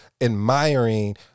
admiring